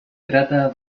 trata